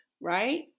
right